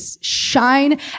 shine